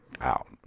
out